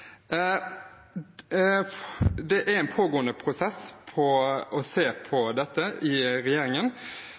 uttaksrett. Det er en pågående prosess i regjeringen for å se på dette,